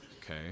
okay